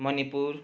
Manipur